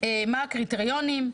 מה הקריטריונים,